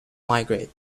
migrate